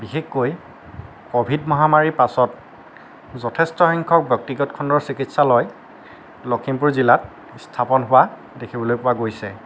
বিশেষকৈ কভিড মহামাৰীৰ পাছত যথেষ্ট সংখ্যক ব্যক্তিগত খণ্ডৰ চিকিৎসালয় লখিমপুৰ জিলাত স্থাপন হোৱা দেখিবলৈ পোৱা গৈছে